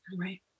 Right